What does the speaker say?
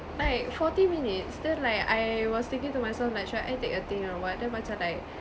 like forty minutes then like I was thinking to myself like shall I take a train or what then macam like